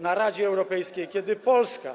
na posiedzeniu Rady Europejskiej, kiedy Polska